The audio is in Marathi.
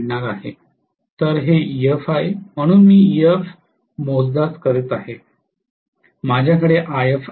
तर हे Ef आहे म्हणून मी Ef मोजदाद करत आहे आणि माझ्याकडे If आहे